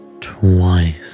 twice